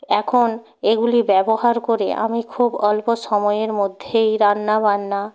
এখন এগুলি ব্যবহার করে আমি খুব অল্প সময়ের মধ্যেই রান্না বান্না